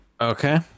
Okay